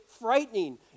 frightening